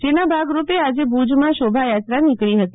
જેના ભાગરૂપે આજે ભુજમાં શોભાયાત્રા નીકળી હતી